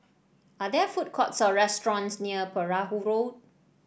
are there food courts or restaurants near Perahu Road